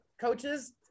coaches